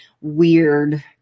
weird